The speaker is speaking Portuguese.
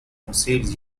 conselhos